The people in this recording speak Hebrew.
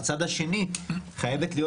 בצד השני, חייבת להיות